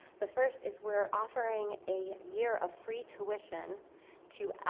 the first is, we're offering a year of free tuition to,